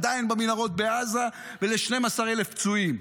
עדיין במנהרות בעזה ול-12,000 פצועים,